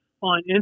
on